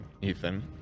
Ethan